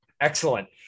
Excellent